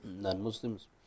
non-Muslims